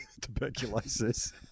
Tuberculosis